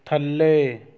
ਥੱਲੇ